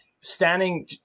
Standing